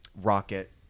Rocket